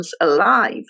alive